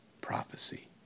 prophecy